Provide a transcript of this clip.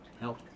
help